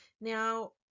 Now